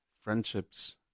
Friendships